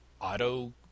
auto